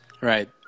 Right